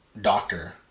doctor